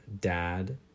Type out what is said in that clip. dad